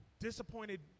disappointed